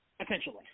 Essentially